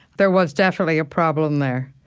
there was definitely a problem there